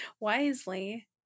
wisely